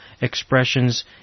expressions